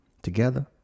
Together